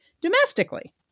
domestically